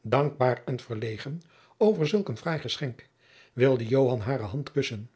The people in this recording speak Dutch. dankbaar en verlegen over zulk een fraai geschenk wilde joan hare hand kussen